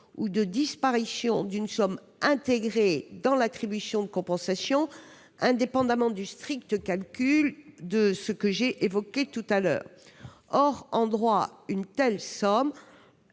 ou de disparition d'une somme intégrée dans l'attribution de compensation, indépendamment du strict calcul que j'ai évoqué. Or, en droit, une telle somme